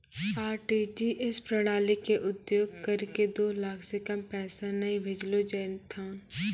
RTGS प्रणाली के उपयोग करि के दो लाख से कम पैसा नहि भेजलो जेथौन